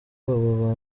abo